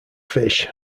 fish